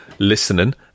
listening